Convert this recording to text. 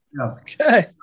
Okay